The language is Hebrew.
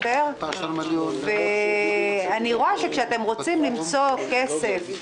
ואנחנו פה משחקים לידי משרד האוצר שמסתכל על מספרים ולא על אנשים.